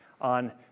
on